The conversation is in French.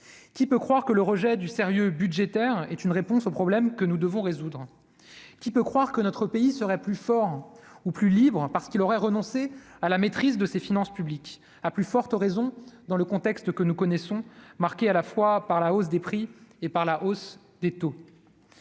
qui peut croire que le rejet du sérieux budgétaire est une réponse aux problèmes que nous devons résoudre : qui peut croire que notre pays serait plus fort ou plus libre, hein, parce qu'il aurait renoncé à la maîtrise de ses finances publiques à plus forte raison dans le contexte que nous connaissons, marqué à la fois par la hausse des prix et par la hausse des taux.